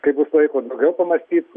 kai bus laiko vėl pamąstyt